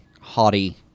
haughty